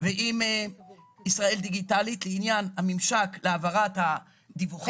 ועם ישראל דיגיטלית לעניין הממשק להעברת הדיווחים הללו.